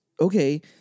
okay